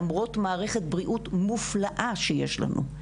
למרות מערכת בריאות מופלאה שיש לנו,